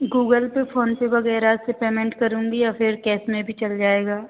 Google Pay PhonePe वग़ैरह से payment करूँगी या फिर कैस में भी चल जाएगा